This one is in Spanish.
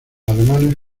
alemanes